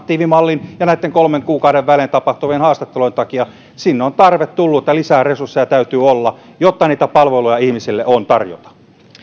aktiivimallin ja näitten kolmen kuukauden välein tapahtuvien haastattelujen takia sinne on tarve tullut ja lisää resursseja täytyy olla jotta niitä palveluja ihmisille on tarjota